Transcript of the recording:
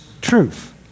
truth